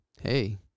hey